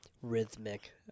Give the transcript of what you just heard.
rhythmic